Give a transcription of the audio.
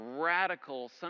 radical